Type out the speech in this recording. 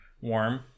warm